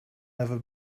never